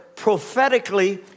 prophetically